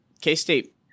k-state